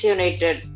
United